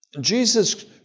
Jesus